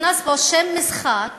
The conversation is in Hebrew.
נכנס פה שם משחק